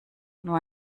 nur